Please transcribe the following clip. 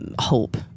hope